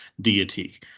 deity